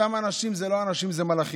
אותם אנשים הם לא אנשים, זה מלאכים.